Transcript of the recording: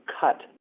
cut